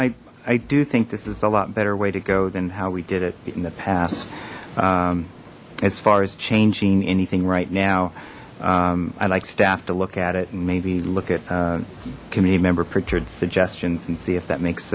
i i do think this is a lot better way to go than how we did it in the past as far as changing anything right now i like staff to look at it and maybe look at a committee member pritchard suggestions and see if that makes